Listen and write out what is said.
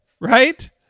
right